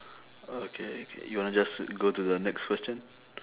okay okay you wanna just go to the next question